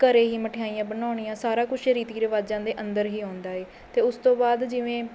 ਘਰ ਹੀ ਮਠਿਆਈਆਂ ਬਣਾਉਣੀਆਂ ਸਾਰਾ ਕੁਛ ਰੀਤੀ ਰਿਵਾਜਾਂ ਦੇ ਅੰਦਰ ਹੀ ਆਉਂਦਾ ਏ ਅਤੇ ਉਸ ਤੋਂ ਬਾਅਦ ਜਿਵੇਂ